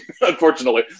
Unfortunately